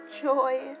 joy